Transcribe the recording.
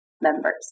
members